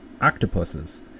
octopuses